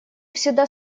всегда